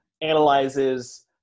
analyzes